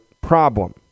problem